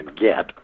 get